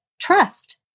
trust